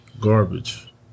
Garbage